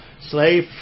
slave